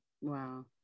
Wow